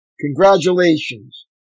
Congratulations